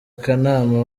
akanama